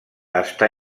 està